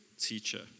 teacher